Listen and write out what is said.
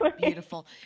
beautiful